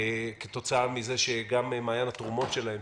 כתוצאה מכך שמעיין התרומות שלהן,